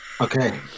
Okay